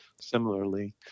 Similarly